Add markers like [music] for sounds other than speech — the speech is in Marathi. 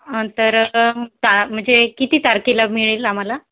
अंतर [unintelligible] म्हणजे किती तारखेला मिळेल आम्हाला